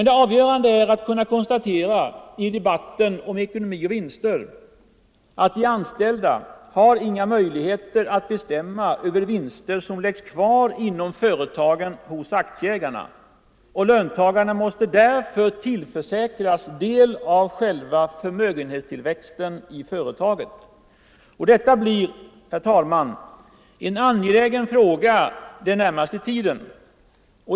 Det avgörande är dock att i debatten om ekonomi och vinster kunna konstatera att de anställda inte har några möjligheter att bestämma över vinster som läggs kvar inom företagen hos aktieägarna. Löntagarna måste därför tillförsäkras del av själva förmögenhetstillväxten i företagen. Detta blir, herr talman, en angelägen fråga under den närmaste tiden.